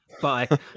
Bye